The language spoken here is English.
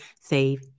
Save